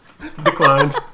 declined